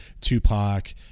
Tupac